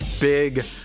big